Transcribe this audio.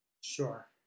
Sure